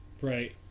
right